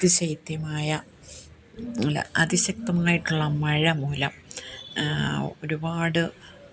അതി ശൈത്യമായ അല്ല അതി ശക്തമായിട്ടുള്ള മഴ മൂലം ഒരുപാട്